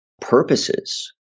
purposes